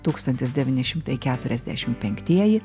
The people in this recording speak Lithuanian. tūkstantis devyni šimtai keturiasdešim penktieji